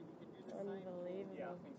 Unbelievable